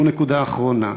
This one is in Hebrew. ונקודה אחרונה,